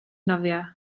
nofio